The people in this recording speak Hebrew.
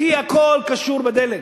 כי הכול קשור לדלק.